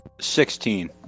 Sixteen